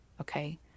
Okay